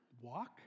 walk